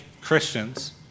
Christians